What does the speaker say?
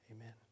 amen